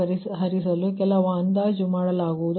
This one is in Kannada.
ಪರಿಹರಿಸಲು ಕೆಲವು ಅಂದಾಜು ಮಾಡಲಾಗುವುದು